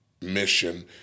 mission